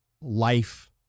life